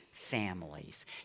Families